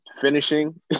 finishing